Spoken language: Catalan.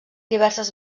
diverses